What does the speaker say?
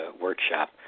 workshop